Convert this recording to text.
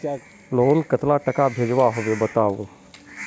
Loan कतला टाका भेजुआ होबे बताउ?